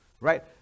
Right